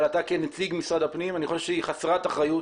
אתה כנציג משרד הפנים חסרת אחריות